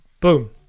Boom